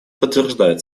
подтверждает